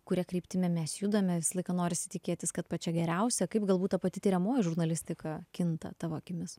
kuria kryptimi mes judame visą laiką norisi tikėtis kad pačia geriausia kaip galbūt ta pati tiriamoji žurnalistika kinta tavo akimis